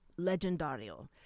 Legendario